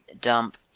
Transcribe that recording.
dump